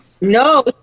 no